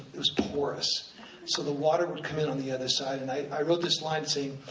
it was porous so the water would come in on the other side. and i wrote this line saying,